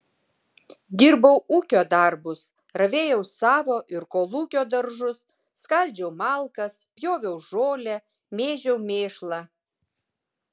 dirbau ūkio darbus ravėjau savo ir kolūkio daržus skaldžiau malkas pjoviau žolę mėžiau mėšlą